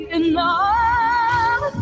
enough